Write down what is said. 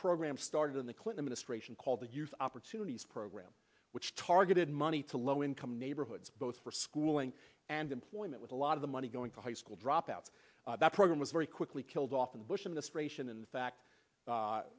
program started in the clinton ration called the youth opportunities program which targeted money to low income neighborhoods both for schooling and employment with a lot of the money going to high school dropouts that program was very quickly killed off the bush administration in fact a